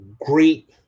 great